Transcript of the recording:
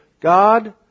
God